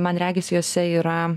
man regis jose yra